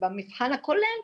במבחן הכולל,